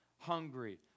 hungry